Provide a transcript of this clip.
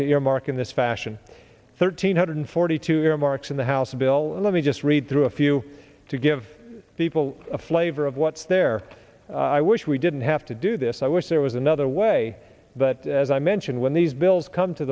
to your mark in this fashion thirteen hundred forty two remarks in the house bill let me just read through a few to give people a flavor of what's there i wish we didn't have to do this i wish there was another way but as i mentioned when these bills come to